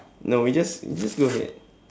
no we just just go ahead